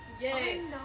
Yay